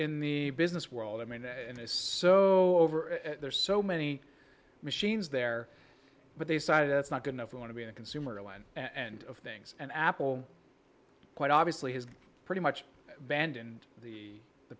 in the business world i mean and is so over there's so many machines there but they say that's not good enough we want to be in a consumer line and of things and apple quite obviously has pretty much abandoned the